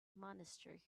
monastery